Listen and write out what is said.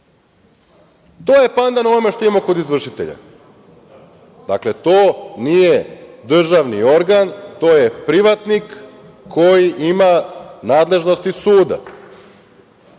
To je pandan onome što imamo kod izvršitelja. Dakle, to nije državni organ, to je privatnik koji ima nadležnosti suda.